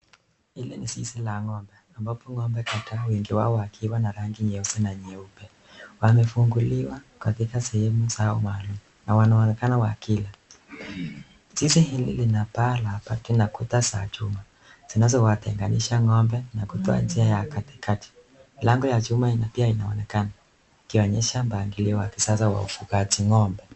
Hili ni zizi la ng'ombe ambapo ng'ombe kadhaa wengi wao wakiwa na rangi nyeusi na nyeupe. Wamefunguliwa katika sehemu zao maalum na wanaonekana wakila. Zizi hili lina paa la bati na kuta za chuma zinazowatenganisha ngombe na kutoa njia ya katikati. Mlango ya chuma pia inaonekana ikionyesha mpangilio wa kisasa wa ufugaji ng'ombe.